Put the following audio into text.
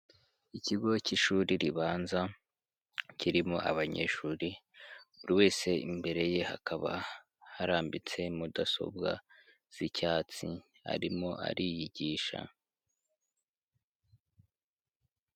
Ikigo cy'shuri ribanza, kirimo abanyeshuri buri wese imbere ye hakaba, harambitse mudasobwa z'icyatsi arimo ariyigisha.